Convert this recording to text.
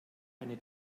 eine